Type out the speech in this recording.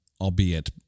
albeit